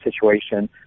situation